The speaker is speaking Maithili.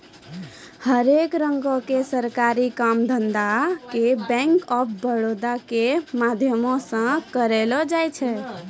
हरेक रंगो के सरकारी काम धंधा के बैंक आफ बड़ौदा के माध्यमो से करलो जाय छै